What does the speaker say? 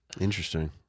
Interesting